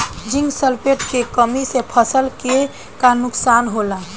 Zinc sulphate के कमी से फसल के का नुकसान होला?